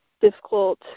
difficult